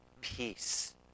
peace